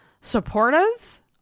supportive